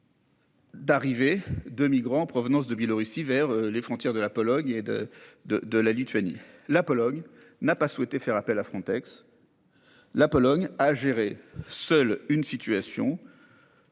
D'arrivées de migrants en provenance de Biélorussie vers les frontières de la Pologne et de de de la Lituanie, la Pologne n'a pas souhaité faire appel à Frontex. La Pologne a gérer seul une situation.